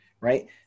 right